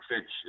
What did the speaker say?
fish